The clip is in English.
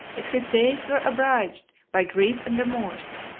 if his days were abridged by grief and remorse,